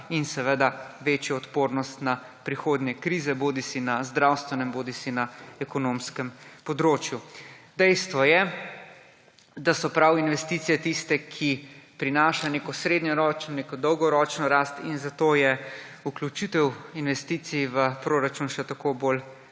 in večjo odpornost na prihodnje krize bodisi na zdravstvenem bodisi na ekonomskem področju. Dejstvo je, da so prav investicije tiste, ki prinašajo neko srednjeročno, neko dolgoročno rast in zato je vključitev investicij v proračun še tako bolj